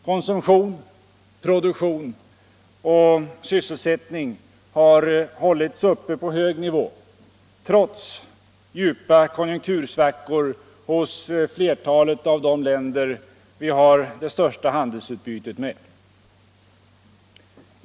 Konsumtion, produktion och sysselsättning har hållits uppe på hög nivå trots djupa konjunktursvackor hos flertalet av de länder som vi har det största handelsutbytet med.